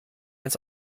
ins